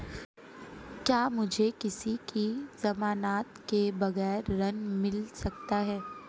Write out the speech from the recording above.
क्या मुझे किसी की ज़मानत के बगैर ऋण मिल सकता है?